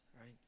right